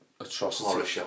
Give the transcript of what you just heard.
Atrocity